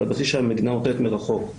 הבסיס שהמדינה נותנת מרחוק.